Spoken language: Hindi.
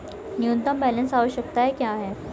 न्यूनतम बैलेंस आवश्यकताएं क्या हैं?